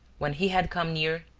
when he had come near,